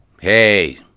Hey